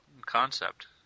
concept